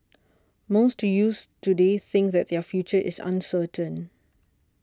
most to youths today think that their future is uncertain